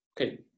Okay